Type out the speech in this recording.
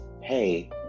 hey